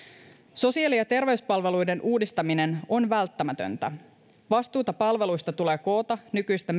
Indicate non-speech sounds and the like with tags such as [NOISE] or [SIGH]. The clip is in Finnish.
sosiaali ja terveyspalveluiden uudistaminen on välttämätöntä vastuuta palveluista tulee koota nykyistä [UNINTELLIGIBLE]